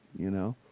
you know.